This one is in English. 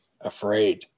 afraid